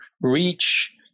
reach